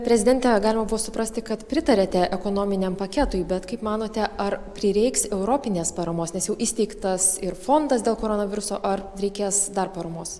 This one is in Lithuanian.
prezidente galima buvo suprasti kad pritarėte ekonominiam paketui bet kaip manote ar prireiks europinės paramos nes jau įsteigtas ir fondas dėl koronaviruso ar reikės dar paramos